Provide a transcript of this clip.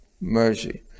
Mercy